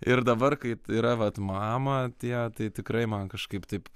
ir dabar kai yra vat mama tie tai tikrai man kažkaip taip